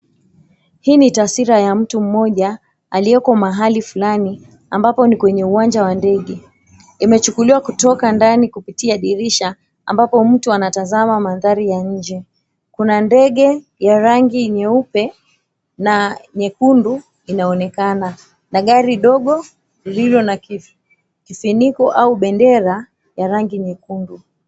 Hii ni taswira ya mtu mmoja aliyeko mahali fulani ambapo ni kwenye uwanja wa ndege. Imechuuliwa ndani kutoka dirisha ambapo mtu anatazama mandhari ya nje. Kuna ndege ya rangi nyeupe na nyekundu inaonekana na gari dogo lililona kifuniko au bendera ya rangi nyekundu.